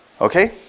Okay